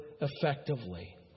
effectively